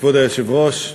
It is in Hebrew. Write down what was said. כבוד היושב-ראש,